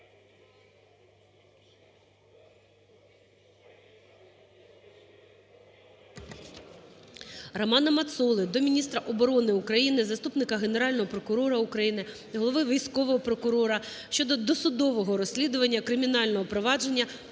РоманаМацоли до міністра оборони України, заступника Генерального прокурора України – Головного військового прокурора щододосудового розслідування кримінального провадження